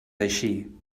així